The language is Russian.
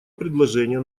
предложения